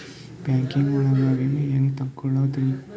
Banking ಒಳಗ ವಿಮೆ ಹೆಂಗ್ ತೊಗೊಳೋದ್ರಿ?